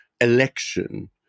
election